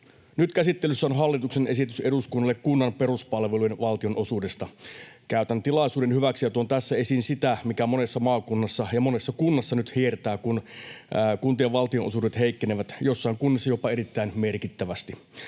Nyt käsittelyssä on hallituksen esitys eduskunnalle kunnan peruspalveluiden valtionosuudesta. Käytän tilaisuuden hyväksi ja tuon tässä esiin sitä, mikä monessa maakunnassa ja monessa kunnassa nyt hiertää, kun kuntien valtionosuudet heikkenevät, joissakin kunnassa jopa erittäin merkittävästi.